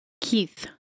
Keith